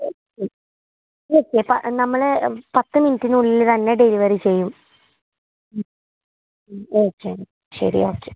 okay പ നമ്മൾ പത്ത് മിനിറ്റിനുള്ളിൽ തന്നെ ഡെലിവറി ചെയ്യും ഉം ഉം ഓക്കെ ശരി ഓക്കെ